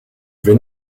wenn